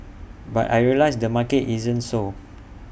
but I realised the market isn't so